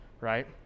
right